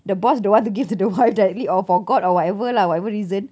the boss don't want to give to the wife directly or forgot or whatever lah whatever reason